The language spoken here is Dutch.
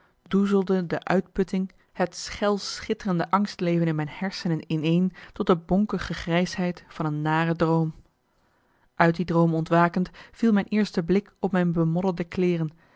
doezelde de uitputting het schel schitterende angstleven in mijn hersenen ineen tot de bonkige grijsheid van een nare droom uit die droom ontwakend viel mijn eerste blik op mijn bemodderde kleeren